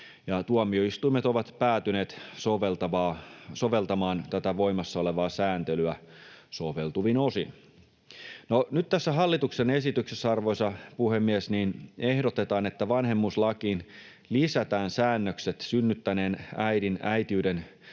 tuomioistuimet ovat päätyneet soveltamaan tätä voimassa olevaa sääntelyä soveltuvin osin. No, nyt tässä hallituksen esityksessä, arvoisa puhemies, ehdotetaan, että vanhemmuuslakiin lisätään säännökset synnyttäneen äidin äitiyden selvittämisen